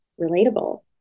relatable